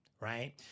right